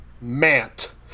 mant